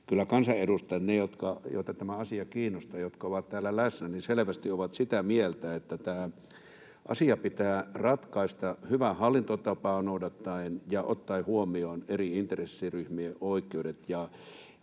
kiinnostaa ja jotka ovat täällä läsnä — selvästi ovat sitä mieltä, että tämä asia pitää ratkaista hyvää hallintotapaa noudattaen ja ottaen huomioon eri intressiryhmien oikeudet.